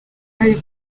ari